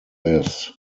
this